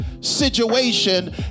situation